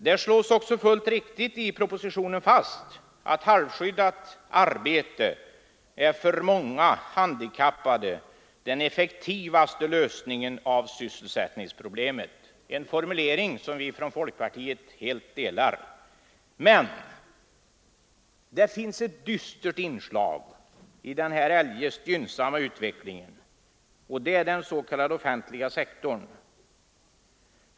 Det slås också fullt riktigt i propositionen fast, att halvskyddat arbete är för många handikappade den effektivaste lösningen av sysselsättningsproblemet. Det är en formulering som vi från folkpartiet helt ställer oss bakom. Men det finns ett dystert inslag i den här eljest gynnsamma utvecklingen, och det är den s.k. offentliga sektorn.